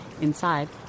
Inside